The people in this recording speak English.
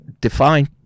Define